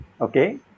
Okay